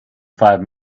five